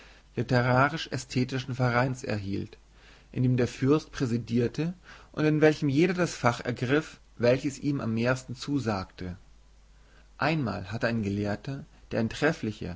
wohlorganisierten literarisch ästhetischen vereins erhielt in dem der fürst präsidierte und in welchem jeder das fach ergriff welches ihm am mehrsten zusagte einmal hatte ein gelehrter der ein trefflicher